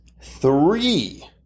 three